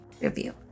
review